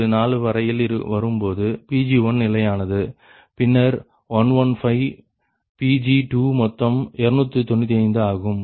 4 வரையில் வரும்போது Pg1 நிலையானது பின்னர் 115 Pg2 மொத்தம் 295 ஆகும்